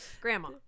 Grandma